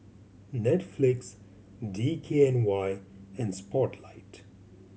Netflix D K N Y and Spotlight